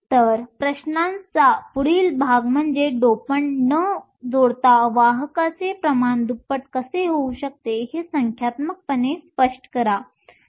तर प्रश्नांचा पुढील भाग म्हणजे डोपंट न जोडता वाहकाचे प्रमाण दुप्पट कसे होऊ शकते हे संख्यात्मकपणे स्पष्ट करा